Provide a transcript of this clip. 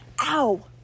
Ow